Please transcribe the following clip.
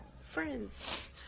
friends